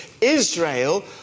Israel